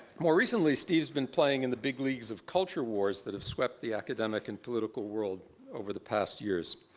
more recently, steve has been playing in the big leagues of culture wars that have swept the academic and political world over the past years.